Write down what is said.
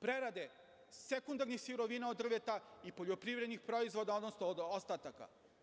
prerade sekundarnih sirovina od drveta i poljoprivrednih proizvoda, odnosno od ostataka.